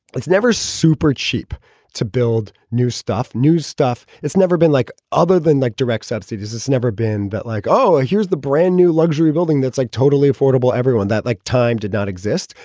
it's never super cheap to build new stuff, new stuff. it's never been like other than like direct subsidies. it's never been that like, oh, here's the brand new luxury building that's like totally affordable. everyone that like time did not exist.